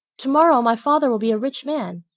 tomorrow my father will be a rich man,